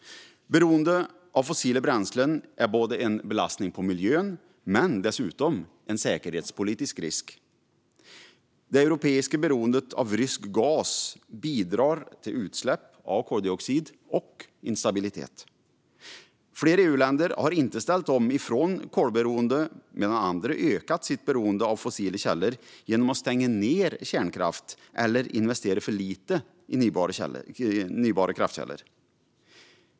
Beroendet av fossila bränslen är en belastning på miljön och dessutom en säkerhetspolitisk risk. Det europeiska beroendet av rysk gas bidrar till utsläpp av koldioxid och till instabilitet. Flera EU-länder har inte ställt om från kolberoende, medan andra ökat sitt beroende av fossila källor genom att stänga ned kärnkraft eller investera för lite i förnybara kraftkällor.